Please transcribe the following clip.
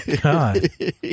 God